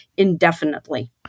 indefinitely